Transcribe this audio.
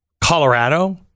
Colorado